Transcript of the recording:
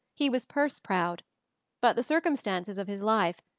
he was purse-proud but the circumstances of his life,